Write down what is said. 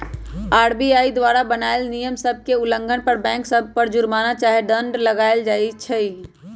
RBI द्वारा बनाएल नियम सभ के उल्लंघन पर बैंक सभ पर जुरमना चाहे दंड लगाएल किया जाइ छइ